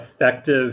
effective